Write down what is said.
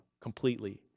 completely